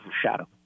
shadow